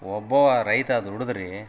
ಒಬ್ಬ ರೈತ ದುಡಿದ್ರೆ